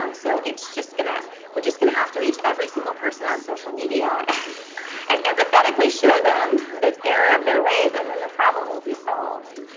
um so it's just going to we're just going to have to reach every single person on social media and empathetically show them the error of their ways. and then the problem will be solved.